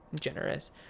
generous